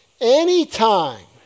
Anytime